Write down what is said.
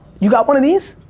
you got one of these?